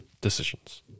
decisions